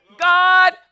God